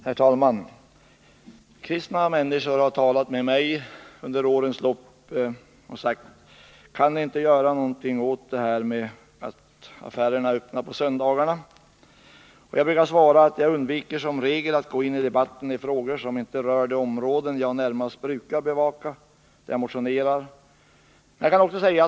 Herr talman! Kristna människor har talat med mig under årens lopp och sagt: Kan ni inte göra något åt detta med att affärerna är öppna på söndagarna? Jag brukar svara, att jag undviker som regel att gå in i debatten i frågor som inte rör de områden som jag närmast brukar bevaka och där jag motionerar.